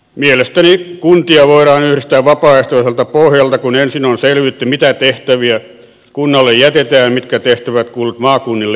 mielestäni kuntia voidaan yhdistää vapaaehtoiselta pohjalta kun ensin on selvitetty mitä tehtäviä kunnalle jätetään ja mitkä tehtävät kuuluvat maakunnille ja valtiolle